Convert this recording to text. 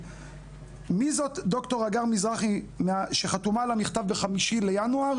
מי זאת דר' הגר מזרחי שחתומה על המכתב מה-5 בינואר